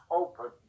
open